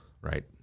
right